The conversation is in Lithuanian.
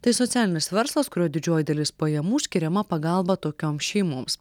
tai socialinis verslas kurio didžioji dalis pajamų skiriama pagalba tokioms šeimoms